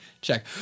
Check